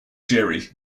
jerry